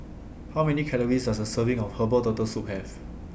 How Many Calories Does A Serving of Herbal Turtle Soup Have